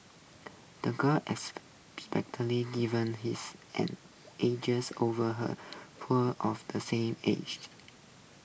the girl's given his an edges over her poor of the same age